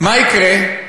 מה יקרה?